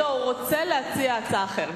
לא, הוא רוצה להציע הצעה אחרת.